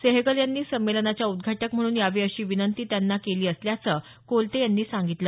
सहगल यांनी संमेलनाच्या उद्घाटक म्हणून यावे अशी विनंती त्यांना केली असल्याचं कोलते यांनी सांगितलं